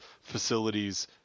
facilities